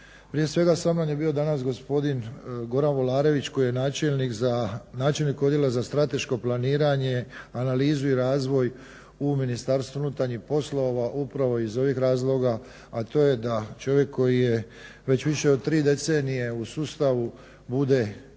Prije svega, s nama je bio danas gospodin Goran Volarević koji je načelnik Odjela za strateško planiranje, analizu i razvoj u Ministarstvu unutarnjih poslova upravo iz ovih razloga, a to je da čovjek koji je već više od tri decenije u sustavu bude tu